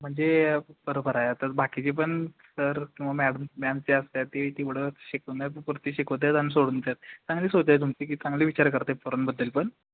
म्हणजे बरोबर आहे तर बाकीचे पण सर किंवा मॅडम मॅम जे असतात ते तेवढं शिकवण्या पुरते शिकवतात आणि सोडून देतात चांगली सोचं आहे तुमची की चांगले विचार करतात पोरांबद्दल पण